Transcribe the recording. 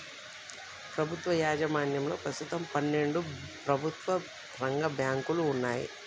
ప్రభుత్వ యాజమాన్యంలో ప్రస్తుతం పన్నెండు ప్రభుత్వ రంగ బ్యాంకులు వున్నయ్